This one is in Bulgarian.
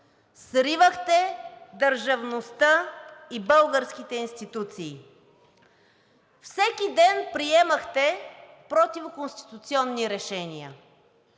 сривахте държавността и българските институции. Всеки ден приемахте противоконституционни решения.